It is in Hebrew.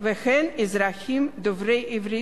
והן אזרחים דוברי עברית,